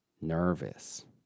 nervous